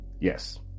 Yes